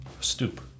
stoop